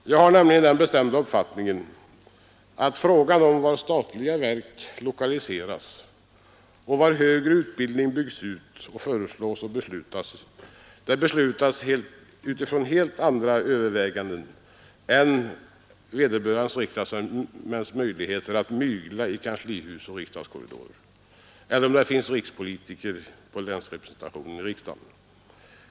Jag har nämligen den bestämda uppfattningen att var statliga verk lokaliseras och var högre utbildning byggs ut, det föreslås och beslutas ifrån helt andra överväganden än vederbörande riksdagsmäns möjligheter att ”mygla” i kanslihus och riksdagskorridorer eller om det finns rikspolitiker i länsrepresentationen i riksdagen.